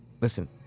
Listen